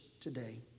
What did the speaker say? today